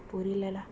புரிலே:purile lah